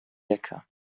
wecker